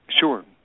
Sure